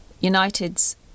United's